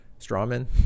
Strawman